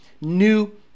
new